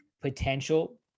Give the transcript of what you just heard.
potential